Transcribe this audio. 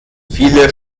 viele